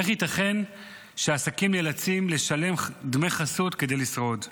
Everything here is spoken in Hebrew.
איך ייתכן שעסקים נאלצים לשלם דמי חסות כדי לשרוד?